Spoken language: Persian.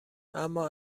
اما